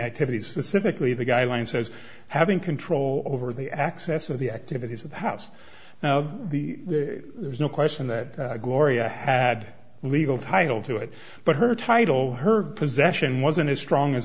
activities civically the guideline says having control over the access of the activities of the house now there's no question that gloria had legal title to it but her title her possession wasn't as strong